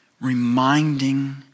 reminding